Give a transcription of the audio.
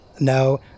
No